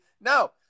No